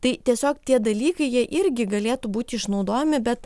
tai tiesiog tie dalykai jie irgi galėtų būti išnaudojami bet